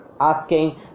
asking